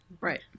right